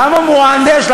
למה מוהנדס?